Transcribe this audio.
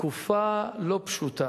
בתקופה לא פשוטה,